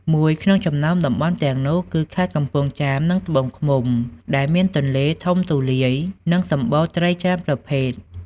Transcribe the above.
មួយក្នុងចំណោមតំបន់ទាំងនោះគឺ ខេត្តកំពង់ចាម និងត្បូងឃ្មុំ ដែលមានទន្លេធំទូលាយ និងមានសម្បូរត្រីច្រើនប្រភេទ។